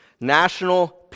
National